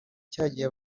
cyagihe